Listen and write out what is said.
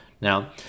Now